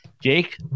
Jake